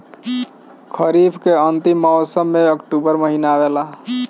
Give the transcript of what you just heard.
खरीफ़ के अंतिम मौसम में अक्टूबर महीना आवेला?